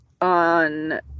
on